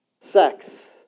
sex